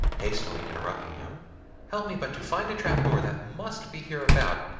hastily interrupting him help me but to find a trap-door that must be hereabout,